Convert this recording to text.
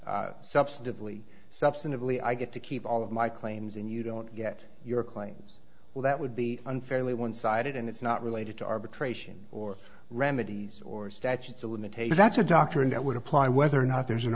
substantively substantively i get to keep all of my claims and you don't get your claims well that would be unfairly one sided and it's not related to arbitration or remedies or statutes of limitation that's a doctrine that would apply whether or not there's an